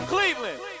Cleveland